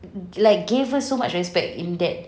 like gave her so much respect in that